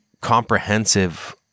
comprehensive